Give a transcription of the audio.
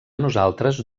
nosaltres